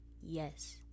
Yes